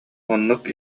оннук